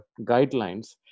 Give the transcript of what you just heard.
guidelines